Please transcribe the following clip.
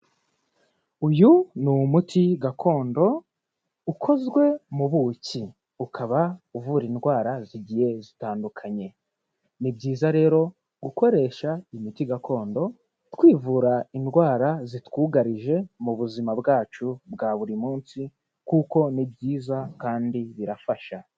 Uyu ni umuti gakondo ukozwe mu buki, ukaba uvura indwara zigiye zitandukanye. Ni byiza rero gukoresha imiti gakondo twivura indwara zitwugarije mu buzima bwacu bwa buri munsi kuko ni byiza kandi birafasha.